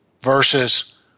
versus